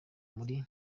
muri